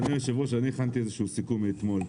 אדוני היו"ר אני הכנתי איזה שהוא סיכום מאתמול.